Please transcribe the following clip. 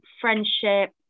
friendship